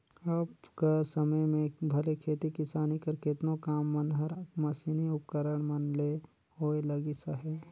अब कर समे में भले खेती किसानी कर केतनो काम मन हर मसीनी उपकरन मन ले होए लगिस अहे